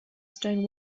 stone